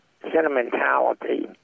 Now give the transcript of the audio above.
sentimentality